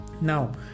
Now